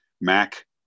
Mac